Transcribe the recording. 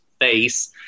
face